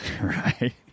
right